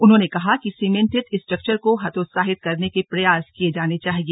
उन्होंने कहा कि सीमेंटेड स्ट्रक्चर को हतोत्साहित करने के प्रयास किए जाने चाहिए